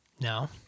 no